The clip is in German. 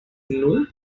null